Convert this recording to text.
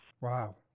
Wow